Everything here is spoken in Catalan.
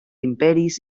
imperis